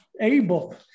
able